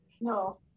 no